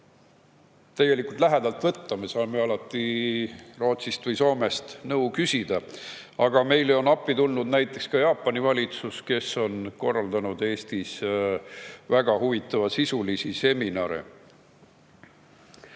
ekspertiis lähedalt võtta. Me saame alati Rootsist või Soomest nõu küsida. Aga meile on appi tulnud näiteks ka Jaapani valitsus, kes on korraldanud Eestis väga huvitavaid seminare.